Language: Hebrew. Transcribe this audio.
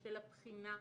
של הבחינה,